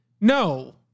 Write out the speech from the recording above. no